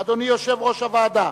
אדוני יושב-ראש הוועדה,